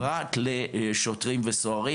פרט לשוטרים וסוהרים.